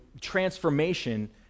transformation